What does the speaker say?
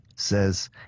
says